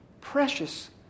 precious